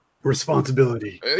responsibility